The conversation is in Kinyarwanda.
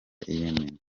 yemeni